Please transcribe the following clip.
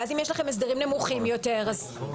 ואם יש הסדרים נמוכים יותר אז תשלמו לפי הסדרים נמוכים.